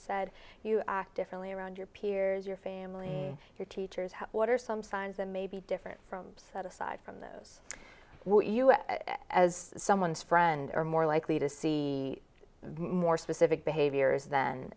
said you act differently around your peers your family your teachers what are some signs that may be different from set aside from those as someone's friends are more likely to see more specific behaviors than